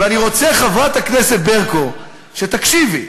ואני רוצה, חברת הכנסת ברקו, שתקשיבי,